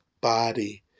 body